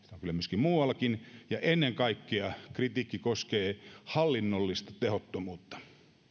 kyllä muuallakin ja ennen kaikkea kritiikki koskee hallinnollista tehottomuutta